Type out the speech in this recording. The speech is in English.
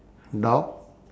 dog